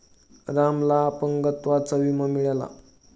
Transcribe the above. रामला अपंगत्वाचा विमा मिळाला